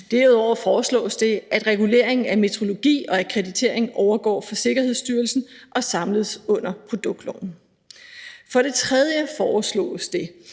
det andet foreslås det, at reguleringen af metrologi og akkreditering overgår fra Sikkerhedsstyrelsens område til at samles under produktloven. For det tredje foreslås det,